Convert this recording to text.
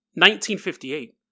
1958